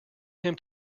him